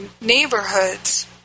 neighborhoods